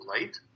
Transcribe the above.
light